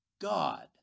God